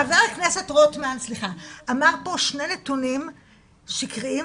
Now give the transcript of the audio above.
חבר הכנסת רוטמן אמר פה שני נתונים שקריים,